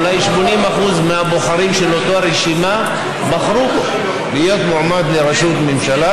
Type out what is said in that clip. אולי 80% מהבוחרים של אותה רשימה בחרו בו להיות מועמד לראשות ממשלה,